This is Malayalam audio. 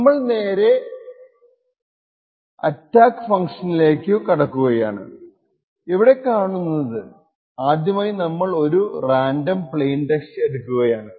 നമ്മൾ നേരെ ആട്ടക്ക ഫങ്ക്ഷനിലേക്കു കടക്കുകയാണ് അവിടെ കാണുന്നത് ആദ്യമായി നമ്മൾ ഒരു റാൻഡം പ്ലെയിൻ ടെക്സ്റ്റ് എടുക്കുകയാണ്